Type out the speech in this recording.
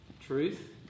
truth